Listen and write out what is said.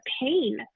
pain